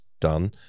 done